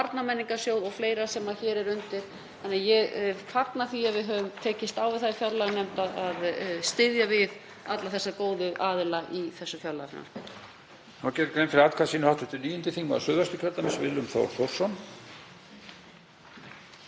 undir. Ég fagna því að við höfum tekist á við það í fjárlaganefnd að styðja við alla þessa góðu aðila í þessu fjárlagafrumvarpi.